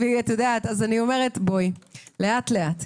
אז אני אומרת - לאט-לאט.